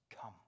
Come